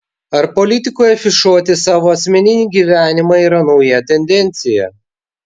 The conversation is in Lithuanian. ar politikui afišuoti savo asmeninį gyvenimą yra nauja tendencija